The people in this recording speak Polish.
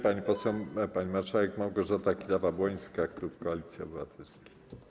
Pani poseł, pani marszałek Małgorzata Kidawa-Błońska, klub Koalicji Obywatelskiej.